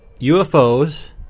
UFOs